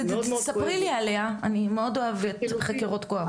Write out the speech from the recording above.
ספרי לי עליה, אני מאוד אוהבת חקירות כואבות.